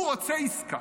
הוא רוצה עסקה.